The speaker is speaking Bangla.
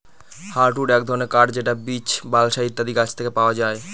হার্ডউড এক ধরনের কাঠ যেটা বীচ, বালসা ইত্যাদি গাছ থেকে পাওয়া যায়